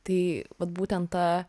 tai vat būtent ta